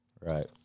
Right